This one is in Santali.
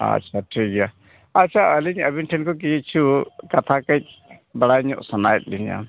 ᱟᱪᱪᱷᱟ ᱴᱷᱤᱠ ᱜᱮᱭᱟ ᱟᱪᱪᱷᱟ ᱟᱹᱞᱤᱧ ᱟᱹᱵᱤᱱ ᱴᱷᱮᱱ ᱠᱤᱪᱷᱩ ᱠᱟᱛᱷᱟ ᱠᱟᱹᱡ ᱵᱟᱲᱟᱭ ᱧᱚᱜ ᱥᱟᱱᱟᱭᱮᱫ ᱞᱤᱧᱟ